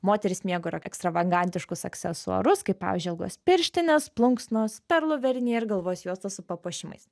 moterys mėgo ir ekstravagantiškus aksesuarus kaip pavyzdžiui ilgos pirštinės plunksnos perlų vėriniai ir galvos juostos su papuošimais